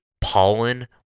Pollen